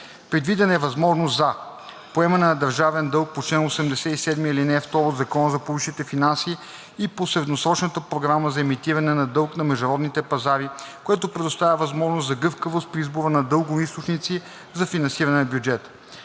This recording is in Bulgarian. Предвидена е възможност за: - поемане на държавен дълг по чл. 87, ал. 2 от Закона за публичните финанси и по средносрочната програма за емитиране на дълг на международните пазари, което предоставя възможност за гъвкавост при избора на дългови източници за финансиране на бюджета;